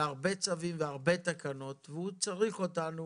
והרבה צווים והרבה תקנות והוא צריך אותנו